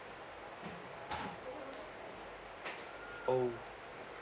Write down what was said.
oh